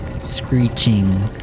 screeching